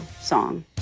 song